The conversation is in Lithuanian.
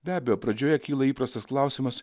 be abejo pradžioje kyla įprastas klausimas